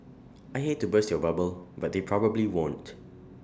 I hate to burst your bubble but they probably won't